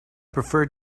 prefer